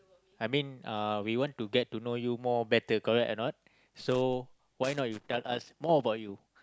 I mean uh we want to get to know you more better correct or not so why not you tell us more about you